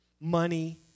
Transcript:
money